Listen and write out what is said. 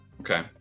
Okay